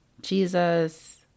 Jesus